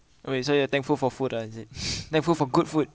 okay so you're thankful for food ah is it thankful for good food